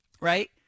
right